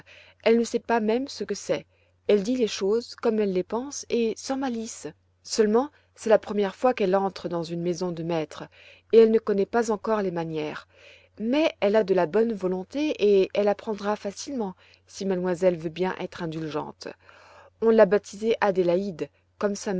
elle ne sait pas même ce que c'est elle dit les choses comme elle les pense et sans malice seulement c'est la première fois qu'elle entre dans une maison de maîtres et elle ne connaît pas encore les manières mais elle a de la bonne volonté et elle apprendra facilement si mademoiselle veut bien être indulgente on l'a baptisée adélaïde comme sa